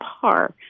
par